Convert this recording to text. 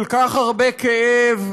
כל כך הרבה כאב.